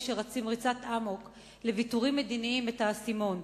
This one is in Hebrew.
שרצים ריצת אמוק לוויתורים מדיניים את האסימון,